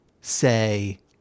say